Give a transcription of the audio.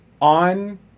on